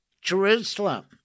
Jerusalem